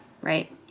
Right